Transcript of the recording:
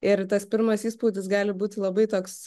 ir tas pirmas įspūdis gali būti labai toks